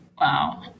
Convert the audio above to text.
Wow